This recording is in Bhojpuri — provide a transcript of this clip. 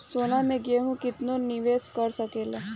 सोना मे केहू केतनो निवेस कर सकेले